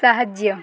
ସାହାଯ୍ୟ